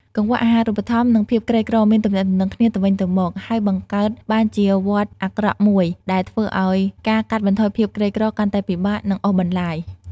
កង្វះអាហារូបត្ថម្ភ និងភាពក្រីក្រមានទំនាក់ទំនងគ្នាទៅវិញទៅមក ហើយបង្កើតបានជាវដ្តអាក្រក់មួយ ដែលធ្វើឱ្យការកាត់បន្ថយភាពក្រីក្រកាន់តែពិបាក និងអូសបន្លាយ។